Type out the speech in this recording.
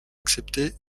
accepté